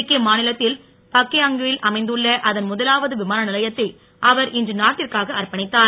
சிக்கிம் மாநிலத்தில் பாக்யாங்கில் அமைந்துள்ள அதன் முதலாவது விமான நிலையத்தை அவர் இன்று நாட்டிற்காக அர்ப்பணித்தார்